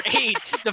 eight